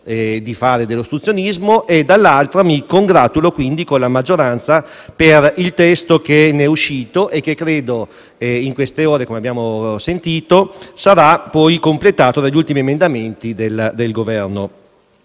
di fare dell'ostruzionismo e dall'altra mi congratulo con la maggioranza per il testo che ne è uscito e che credo in queste ore sarà poi completato con gli ultimi emendamenti del Governo.